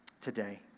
today